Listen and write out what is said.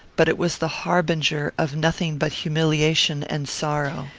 but it was the harbinger of nothing but humiliation and sorrow.